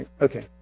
Okay